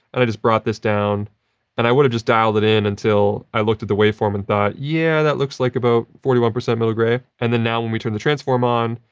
and i just brought this down and i would have just dialed it in until i looked at the waveform and thought, yeah, that looks like about forty one percent middle grey. and then now, when we turn the transform on,